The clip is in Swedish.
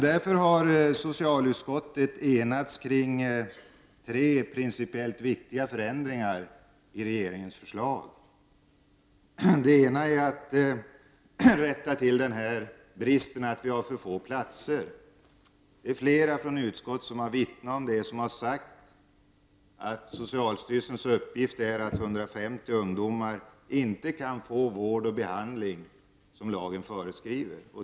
Därför har vi i socialutskottet enats kring tre principiellt viktiga förändringar i fråga om regeringens förslag. En förändring gäller detta med att vi måste komma till rätta med bristen på vårdplatser. Flera i utskottet har vittnat om förhållandena i det avseendet och redovisat socialstyrelsens uppgifter om att 150 ungdomar inte kan få den vård och behandling som lagen föreskriver.